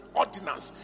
ordinance